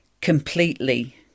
completely